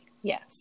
yes